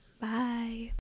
bye